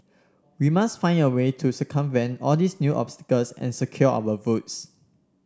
we must find a way to circumvent all these new obstacles and secure our votes